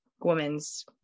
woman's